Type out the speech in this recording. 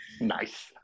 nice